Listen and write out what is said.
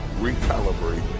recalibrate